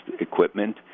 equipment